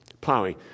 plowing